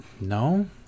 No